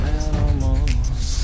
animals